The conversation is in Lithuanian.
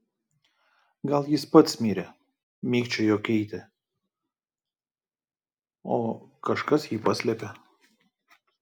gal jis pats mirė mikčiojo keitė o kažkas jį paslėpė